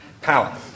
Power